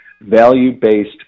value-based